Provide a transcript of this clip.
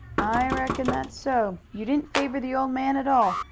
i reckon that's so. you didn't favor the old man at all.